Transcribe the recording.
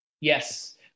Yes